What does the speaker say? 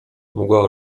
mgła